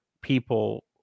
people